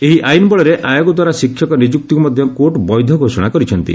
ଏହି ଆଇନ ବଳରେ ଆୟୋଗ ଦ୍ୱାରା ଶିକ୍ଷକ ନିଯୁକ୍ତିକୁ ମଧ୍ୟ କୋର୍ଟ ବୈଧ ଘୋଷଣା କରିଛନ୍ତି